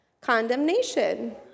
condemnation